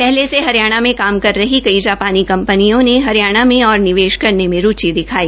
पहले से हरियाणा मे काम कर रही कई जापानी कंपनियों से हरियाणा मे और निवेश करने में रूचि दिखाई